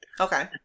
Okay